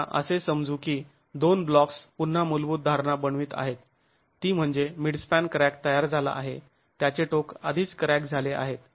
आता असे समजू की दोन ब्लॉक्स पुन्हा मूलभूत धारणा बनवित आहेत ती म्हणजे मिडस्पॅन क्रॅक तयार झाला आहे त्याचे टोक आधीच क्रॅक झाले आहेत